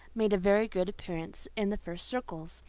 made a very good appearance in the first circles,